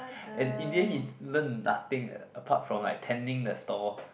and in the end he learned nothing eh apart from like tending the store